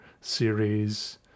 series